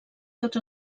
tots